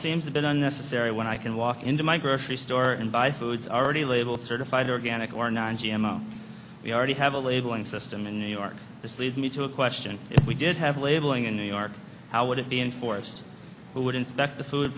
seems a bit unnecessary when i can walk into my grocery store and buy foods already labeled certified organic or non g m o we already have a labeling system in new york this leads me to a question if we did have labeling in new york how would it be enforced who would inspect the food